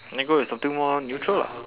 then go with something more neutral lah